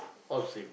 all same